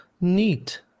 neat